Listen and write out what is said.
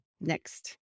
next